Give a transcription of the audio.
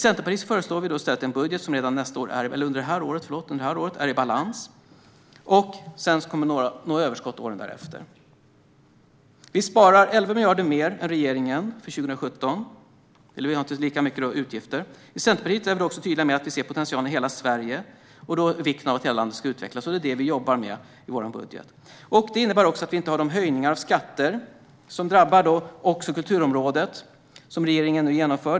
Centerpartiet föreslår i stället en budget som är i balans redan under detta år. Sedan kommer överskott att nås åren därefter. Vi sparar 11 miljarder mer än regeringen för 2017. Vi har inte lika mycket utgifter. I Centerpartiet är vi tydliga med att vi ser potentialen i hela Sverige och vikten av att hela landet utvecklas. Det är detta vi jobbar för i vår budget. Det innebär att vi inte har de höjningar och skatter som regeringen nu genomför och som drabbar också kulturområdet.